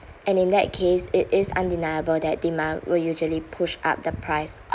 and in that case it is undeniable that demand will usually push up the price